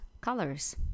colors